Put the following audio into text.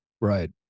Right